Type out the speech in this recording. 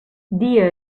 dia